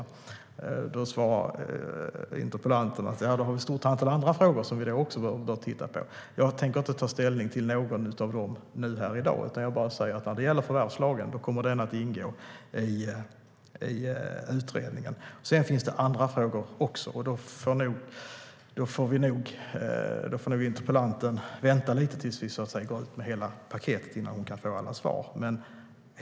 Då svarar interpellanten att det finns ett stort antal andra frågor som vi också bör titta på. Jag tänker inte ta ställning till någon av dem i dag, utan jag säger bara att förvärvslagen kommer att ingå i utredningen. Det finns andra frågor också. Interpellanten får vänta lite tills vi går ut med hela paketet innan hon kan få alla svar.